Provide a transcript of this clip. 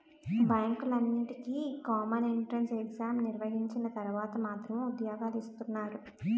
బ్యాంకులన్నింటికీ common entrance exam నిర్వహించిన తర్వాత మాత్రమే ఉద్యోగాలు ఇస్తున్నారు